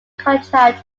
contract